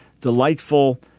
delightful